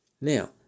Now